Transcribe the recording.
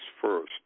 first